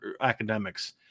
academics